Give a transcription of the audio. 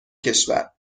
کشور